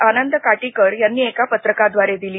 आनंद काटीकर यांनी एका पत्रकाद्वारे दिली